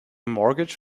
mortgage